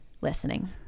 listening